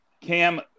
Cam